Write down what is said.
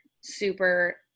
super